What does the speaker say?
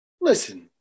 listen